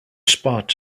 spot